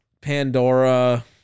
Pandora